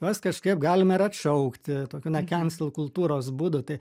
juos kažkaip galim ir atšaukti tokių na kencel kultūros būdu tai